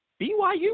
BYU